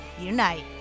unite